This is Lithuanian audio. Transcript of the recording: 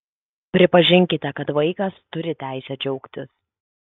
pripažinkite kad vaikas turi teisę džiaugtis